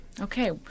Okay